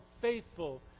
faithful